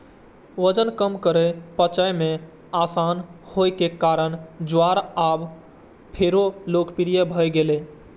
वजन कम करै, पचय मे आसान होइ के कारणें ज्वार आब फेरो लोकप्रिय भए गेल छै